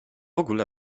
ogóle